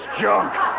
junk